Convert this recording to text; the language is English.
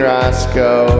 Roscoe